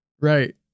Right